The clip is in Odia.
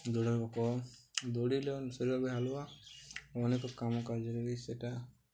ଦୌଡ଼ିବାକୁ ଦୌଡ଼ିଲେ ଶରୀରବି ହାଲୁକା ଅନେକ କାମ କାର୍ଯ୍ୟରେ ବି ସେଇଟା